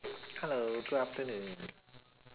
hello good afternoon